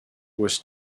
was